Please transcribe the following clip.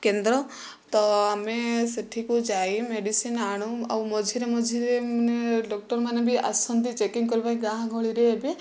କେନ୍ଦ୍ର ତ ଆମେ ସେଠାକୁ ଯାଇ ମେଡ଼ିସିନ ଆଣୁ ଆଉ ମଝିରେ ମଝିରେ ଡକ୍ଟରମାନେ ବି ଆସନ୍ତି ଚେକିଂ କରିବା ପାଇଁ ଗାଁ ଗହଳିରେ ଏବେ